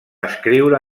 escriure